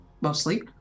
Mostly